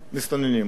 מסתננים.